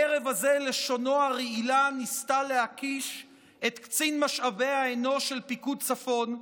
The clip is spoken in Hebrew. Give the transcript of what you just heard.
הערב הזה לשונו הרעילה ניסתה להכיש את קצין משאבי האנוש של פיקוד צפון,